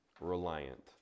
reliant